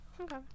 okay